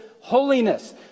holiness